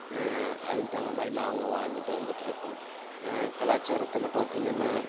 அதுக்குத் தகுந்த மாதிரி நாங்களும் வாழ்ந்துகிட்டு வந்துட்டுருக்கோம் கலாச்சாரத்தில் பார்த்தீங்கன்னா